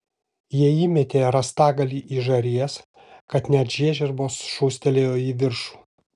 jie įmetė rąstagalį į žarijas kad net žiežirbos šūstelėjo į viršų